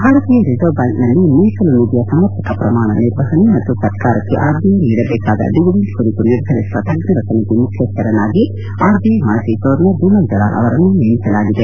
ಭಾರತೀಯ ರಿಸರ್ವ್ ಬ್ಯಾಂಕ್ನಲ್ಲಿ ಮೀಸಲು ನಿಧಿಯ ಸಮರ್ಪಕ ಪ್ರಮಾಣ ನಿರ್ವಹಣೆ ಮತ್ತು ಸರ್ಕಾರಕ್ಕೆ ಆರ್ಬಿಐ ನೀಡಬೇಕಾದ ಡಿವಿಡೆಂಟ್ ಕುರಿತು ನಿರ್ಧರಿಸುವ ತಜ್ಞರ ಸಮಿತಿ ಮುಖ್ಯಸ್ಥರನ್ನಾಗಿ ಆರ್ಬಿಐ ಮಾಜಿ ಗವರ್ನರ್ ಬಿಮಲ್ ಜಲಾನ್ ಅವರನ್ನು ನೇಮಿಸಲಾಗಿದೆ